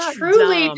truly